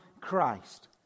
Christ